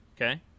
Okay